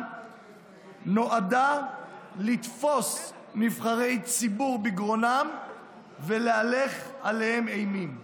נועדה לתפוס נבחרי ציבור בגרונם ולהלך עליהם אימים.